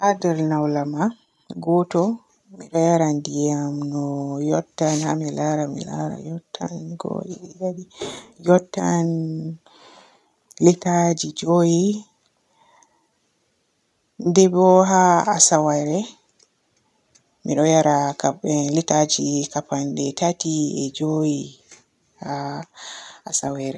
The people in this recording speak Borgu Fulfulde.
Haa nder laulama goto mi ɗo yara ndiyam no yottan haa mi laara mi laara yottan go'o, didi, tati, yottan litaji joowi. Nde bo haa asawere mi ɗo yara kap-litaji kapande tati e joowi haa asawere.